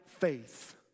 faith